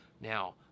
Now